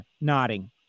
nodding